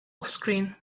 offscreen